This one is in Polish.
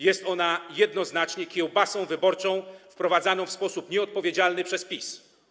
Jest ona jednoznacznie kiełbasą wyborczą proponowaną w sposób nieodpowiedzialny przez PiS.